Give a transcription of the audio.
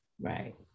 Right